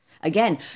Again